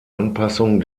anpassung